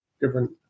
Different